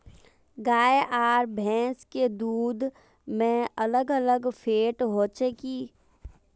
गाय आर भैंस के दूध में अलग अलग फेट होचे की?